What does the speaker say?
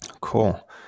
Cool